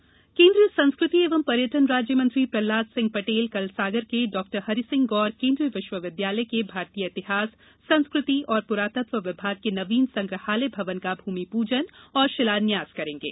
प्रहलाद सिंह केंद्रीय संस्कृति एवं पर्यटन राज्य मंत्री प्रहलाद सिंह पटेल कल सागर के डॉ हरीसिंह गौर केंद्रीय विश्वविदयालय के भारतीय इतिहास संस्कृति एवं पुरातत्त्व विभाग के नवीन संग्रहालय भवन का भूमिपूजन और शिलान्यास करेंगे